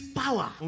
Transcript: power